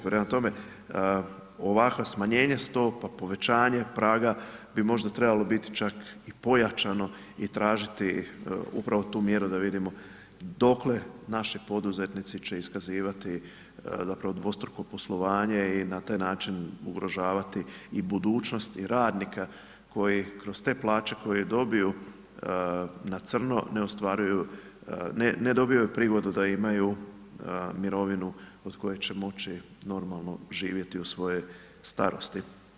Prema tome, ovakvo smanje stopa, povećanje praga bi možda trebalo biti čak i pojačano i tražiti upravo tu mjeru da vidimo dokle naši poduzetnici će iskazivati zapravo dvostruko poslovanje i na taj način ugrožavati i budućnost i radnika koji kroz te plaće koje dobiju na crno, ne dobiju prigodu da imaju mirovinu od koje će moći normalno živjeti u svojoj starosti.